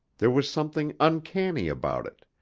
there was something uncanny about it,